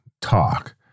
talk